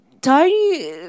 tiny